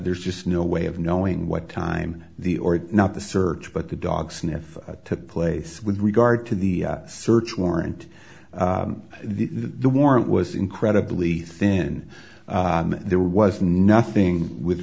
there's just no way of knowing what time the or not the search but the dog sniff took place with regard to the search warrant the the warrant was incredibly thin there was nothing with